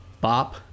Bop